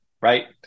right